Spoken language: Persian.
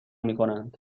میکنند